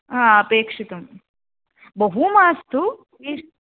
हा अपेक्षितं बहु मास्तु इषद्